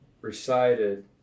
recited